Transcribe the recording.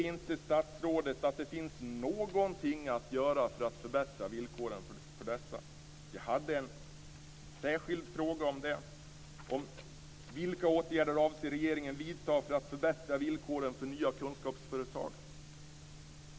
Anser statsrådet inte att det finns någonting att göra för att förbättra villkoren för dessa? Vi har ställt följande fråga: Vilka åtgärder avser regeringen vidta för att förbättra villkoren för nya kunskapsföretag?